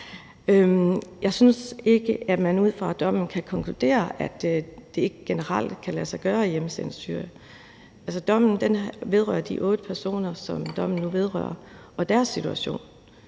Jeg synes ikke, at man ud fra dommen kan konkludere, at det ikke generelt kan lade sig gøre at hjemsende til Syrien. Dommen vedrører de otte personer, som dommen nu vedrører, og deres situation.